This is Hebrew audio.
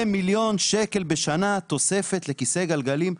2 מיליון שקל בשנה תוספת לכיסא גלגלים.